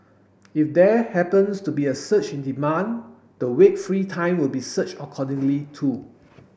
if there happens to be a surge in demand the Wait free Time will be surge accordingly too